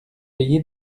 payé